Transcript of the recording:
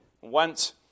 went